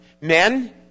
Men